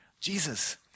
Jesus